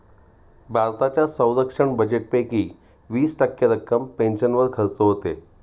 भारताच्या संरक्षण बजेटपैकी वीस टक्के रक्कम पेन्शनवर खर्च होते